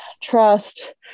trust